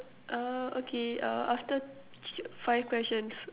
uh okay uh after thr~ five questions